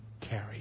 carry